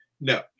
no